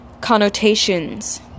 connotations